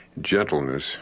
gentleness